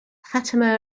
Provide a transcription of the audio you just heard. fatima